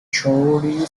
chorley